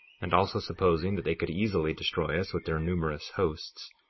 and also supposing that they could easily destroy us with their numerous hosts,